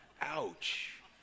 Ouch